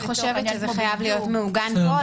אני חושבת שזה חייב להיות מעוגן פה,